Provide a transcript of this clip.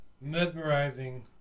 mesmerizing